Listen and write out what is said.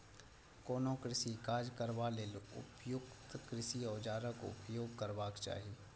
कोनो कृषि काज करबा लेल उपयुक्त कृषि औजारक उपयोग करबाक चाही